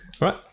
right